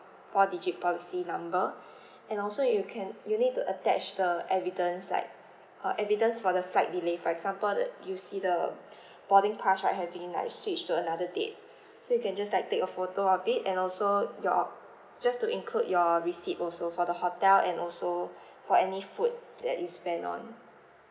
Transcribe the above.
four digit policy number and also you can you need to attach the evidence like uh evidence for the flight delay for example you see the boarding pass like having like switch to another date so you can just like take a photo of it and also your just to include your receipt also for the hotel and also for any food that you spent on